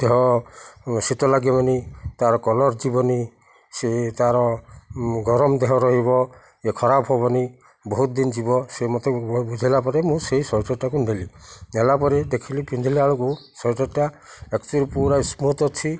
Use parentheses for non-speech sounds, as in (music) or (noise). ଦେହ ଶୀତ ଲାଗିବନି ତା'ର କଲର୍ ଯିବନି ସେ ତା'ର ଗରମ ଦେହ ରହିବ ଏ ଖରାପ ହବନି ବହୁତ ଦିନ ଯିବ ସେ ମୋତେ ବୁଝାଇଲା ପରେ ମୁଁ ସେଇ ସ୍ଵେଟରଟାକୁ ନେଲି ନେଲା ପରେ ଦେଖିଲି ପିନ୍ଧିଲା ବେଳକୁ ସ୍ଵେଟରଟା (unintelligible) ପୁରା ସ୍ମୁଥ ଅଛି